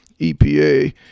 EPA